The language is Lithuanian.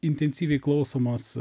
intensyviai klausomos